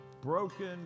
Broken